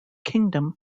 kingdom